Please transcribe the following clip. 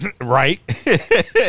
Right